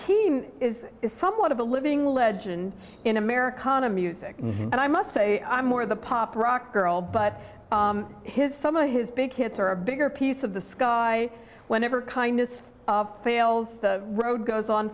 keane is somewhat of a living legend in american of music and i must say i'm more of the pop rock girl but his some of his big hits are a bigger piece of the sky whenever kindness fails the road goes on